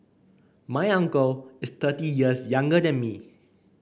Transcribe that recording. my uncle is thirty years younger than me